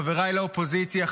חבריי לאופוזיציה,